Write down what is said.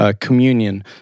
communion